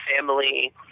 family